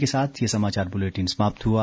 इसी के साथ ये समाचार बुलेटिन समाप्त हुआ